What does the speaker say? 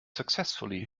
successfully